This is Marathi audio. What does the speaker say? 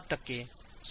7 टक्के संबंधित आहेत